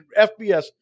FBS